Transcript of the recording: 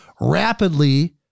rapidly